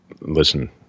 listen